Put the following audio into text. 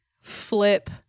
flip